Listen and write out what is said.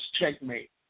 checkmate